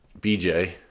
BJ